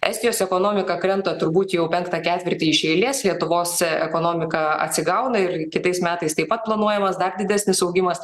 estijos ekonomika krenta turbūt jau penktą ketvirtį iš eilės lietuvos ekonomika atsigauna ir kitais metais taip pat planuojamas dar didesnis augimas